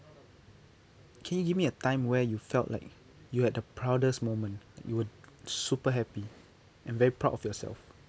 can you give me a time where you felt like you had the proudest moment you would super happy and very proud of yourself